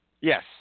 Yes